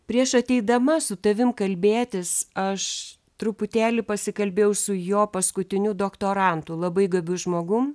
prieš ateidama su tavim kalbėtis aš truputėlį pasikalbėjau su jo paskutiniu doktorantu labai gabiu žmogum